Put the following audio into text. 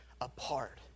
apart